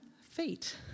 feet